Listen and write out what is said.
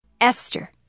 Esther